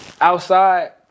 outside